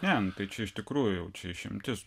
ne nu tai čia iš tikrųjų čia išimtis